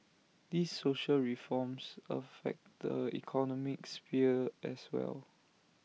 these social reforms affect the economic sphere as well